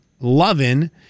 loving